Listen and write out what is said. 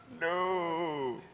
no